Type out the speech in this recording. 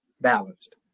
balanced